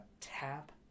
tap